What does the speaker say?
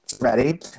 Ready